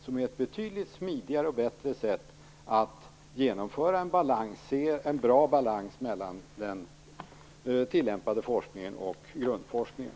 Det är ett betydligt smidigare och bättre sätt att genomföra en bra balans mellan den tillämpade forskningen och grundforskningen.